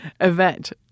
event